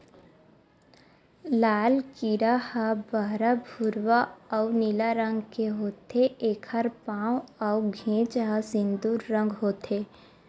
लाल कीरा ह बहरा भूरवा अउ नीला रंग के होथे, एखर पांव अउ घेंच म सिंदूर रंग होथे